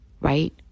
right